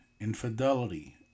infidelity